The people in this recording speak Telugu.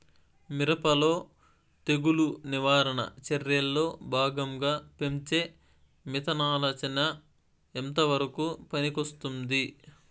మిరప లో తెగులు నివారణ చర్యల్లో భాగంగా పెంచే మిథలానచ ఎంతవరకు పనికొస్తుంది?